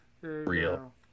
real